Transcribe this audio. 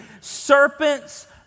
serpents